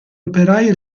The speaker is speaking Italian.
operai